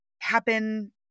happen